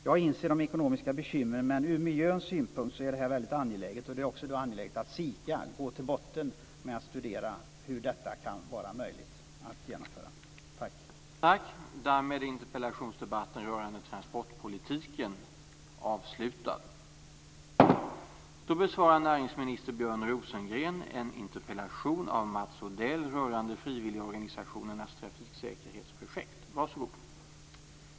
Jag inser de ekonomiska bekymren, men ur miljösynpunkt är detta mycket angeläget. Det är också angeläget att SIKA går till botten med att studera hur det kan vara möjligt att genomföra detta.